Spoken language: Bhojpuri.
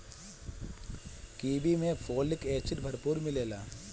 कीवी में फोलिक एसिड भरपूर मिलेला